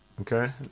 Okay